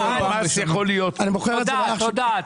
תודה.